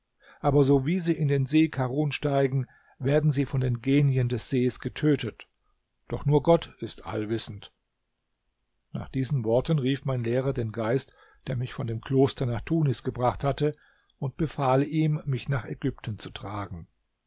aber sowie sie in den see karun steigen werden sie von den genien des sees getötet doch nur gott ist allwissend nach diesen worten rief mein lehrer den geist der mich von dem kloster nach tunis gebracht hatte und befahl ihm mich nach ägypten zu tragen